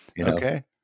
okay